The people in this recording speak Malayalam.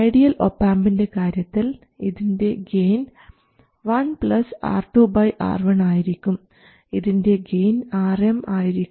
ഐഡിയൽ ഒപാംപിൻറെ കാര്യത്തിൽ ഇതിൻറെ ഗെയിൻ 1 R2 R1 ആയിരിക്കും ഇതിൻറെ ഗെയിൻ Rm ആയിരിക്കും